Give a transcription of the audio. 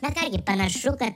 na ką gi panašu kad